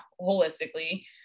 holistically